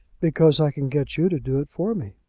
because i can get you to do it for me.